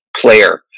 player